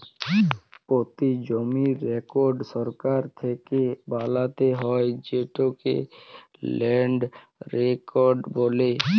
পতি জমির রেকড় সরকার থ্যাকে বালাত্যে হয় যেটকে ল্যান্ড রেকড় বলে